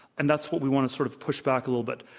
and that's what we want to sort of push back a little bit.